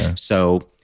and so,